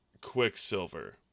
Quicksilver